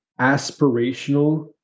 aspirational